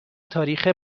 تاریخ